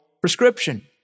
prescription